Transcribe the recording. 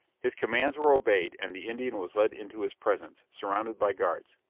his commands were obeyed, and the indian was led into his presence, surrounded by guards.